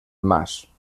mas